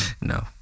No